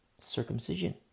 Circumcision